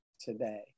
today